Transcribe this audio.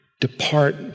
Depart